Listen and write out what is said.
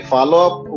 Follow-up